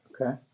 Okay